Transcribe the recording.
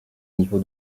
niveau